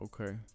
Okay